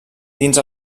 dins